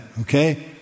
okay